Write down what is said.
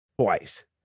twice